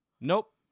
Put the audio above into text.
Nope